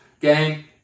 Gang